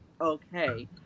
okay